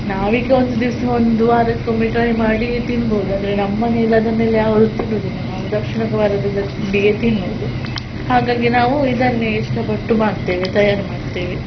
ನಾವೀಗ ಒಂದು ದಿವಸ ಒಂದು ವಾರೊಕ್ಕೊಮ್ಮೆ ಟ್ರೈ ಮಾಡಿ ತಿನ್ಬಹುದು ಆದರೆ ನಮ್ಮನೆಯಲ್ಲಿ ಅದನ್ನೆಲ್ಲ ಅವರು ತಿನ್ನುವುದಿಲ್ಲ ನಾವು ದಕ್ಷಿಣ ಭಾರತದ ತಿಂಡಿಯೇ ತಿನ್ನುವುದು ಹಾಗಾಗಿ ನಾವು ಇದನ್ನೇ ಇಷ್ಟಪಟ್ಟು ಮಾಡ್ತೇವೆ ತಯಾರು ಮಾಡ್ತೇವೆ